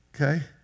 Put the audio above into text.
Okay